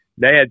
Dad